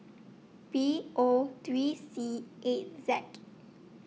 B O three C eight Z